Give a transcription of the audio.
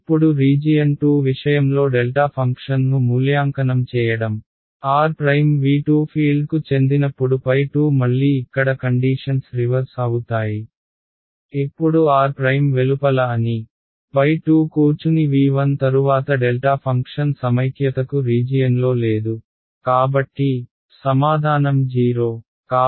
ఇప్పుడు రీజియన్ 2 విషయంలో డెల్టా ఫంక్షన్ను మూల్యాంకనం చేయడం r' V2 ఫీల్డ్కు చెందినప్పుడు 2 మళ్లీ ఇక్కడ కండీషన్స్ రివర్స్ అవుతాయి ఎప్పుడు r' వెలుపల అని 2 కూర్చుని V1 తరువాతడెల్టా ఫంక్షన్ సమైక్యతకు రీజియన్లో లేదు కాబట్టి సమాధానం 0